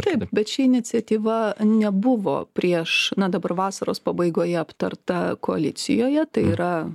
taip bet ši iniciatyva nebuvo prieš na dabar vasaros pabaigoje aptarta koalicijoje tai yra